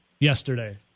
yesterday